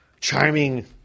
charming